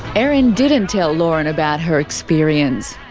erin didn't tell lauren about her experience.